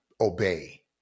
obey